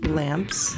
lamps